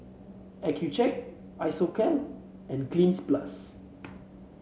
Accucheck Isocal and Cleanz Plus